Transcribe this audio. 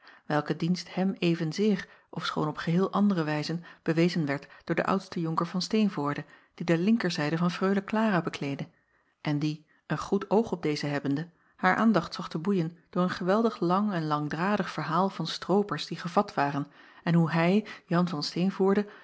welke dienst hem evenzeer ofschoon op geheel andere wijze bewezen werd door den oudsten onker van teenvoorde die de linkerzijde van reule lara bekleedde en die een goed oog op deze hebbende haar aandacht zocht te boeien door een geweldig lang en langdradig verhaal van stroopers die gevat waren en hoe hij an van